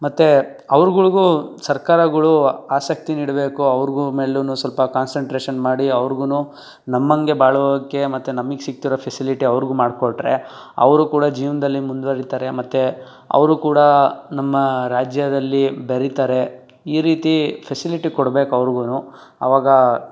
ಮತ್ತು ಅವ್ರುಗಳ್ಗೂ ಸರ್ಕಾರಗಳು ಆಸಕ್ತಿ ನೀಡಬೇಕು ಅವ್ರಿಗೂ ಮೇಲೂನು ಸ್ವಲ್ಪ ಕಾನ್ಸಂಟ್ರೇಶನ್ ಮಾಡಿ ಅವ್ರಿಗೂನು ನಮ್ಮ ಹಂಗೆ ಬಾಳೋಕ್ಕೆ ಮತ್ತು ನಮಗ್ ಸಿಕ್ತಿರೋ ಫೆಸಿಲಿಟಿ ಅವ್ರಿಗೂ ಮಾಡಿಕೊಟ್ರೆ ಅವರು ಕೂಡ ಜೀವನದಲ್ಲಿ ಮುಂದುವರಿತಾರೆ ಮತ್ತು ಅವರು ಕೂಡ ನಮ್ಮ ರಾಜ್ಯದಲ್ಲಿ ಬೆರೀತಾರೆ ಈ ರೀತಿ ಫೆಸಿಲಿಟಿ ಕೊಡ್ಬೇಕು ಅವ್ರಿಗೂನು ಆವಾಗ